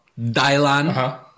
Dylan